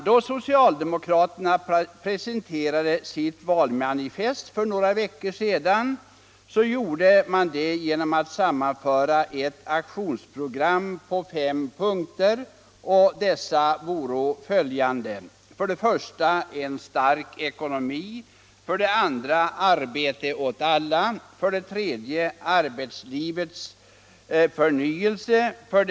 Då socialdemokraterna presenterade sitt valmanifest för några veckor sedan gjorde de det genom att sammanföra ett aktionsprogram på fem punkter. De var följande: 1. En stark ekonomi. Arbete åt alla. Arbetslivets förnyelse.